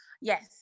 yes